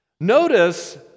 Notice